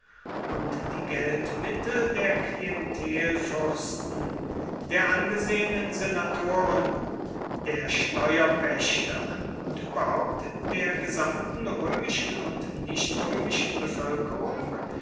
und die geldmittel der klientelfürsten der angesehenen senatoren der steuerpächter und überhaupt der gesamten römischen und nichtrömischen bevölkerung